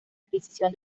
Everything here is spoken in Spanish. adquisición